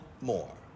more